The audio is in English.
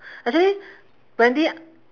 actually wendy